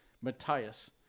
Matthias